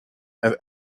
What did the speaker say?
have